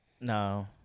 No